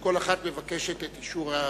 וכל אחת מבקשת את אישור המליאה.